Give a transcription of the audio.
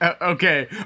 Okay